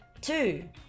Two